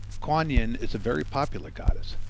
kuan yin is a very popular goddess.